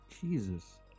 jesus